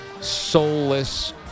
soulless